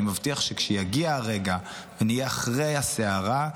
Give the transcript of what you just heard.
אני מבטיח שכשיגיע הרגע ונהיה אחרי הסערה,